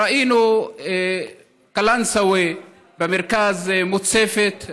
ראינו את קלנסווה במרכז מוצפת,